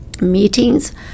meetings